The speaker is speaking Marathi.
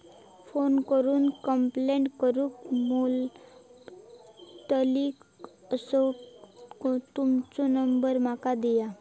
फोन करून कंप्लेंट करूक मेलतली असो तुमचो नंबर माका दिया?